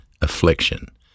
affliction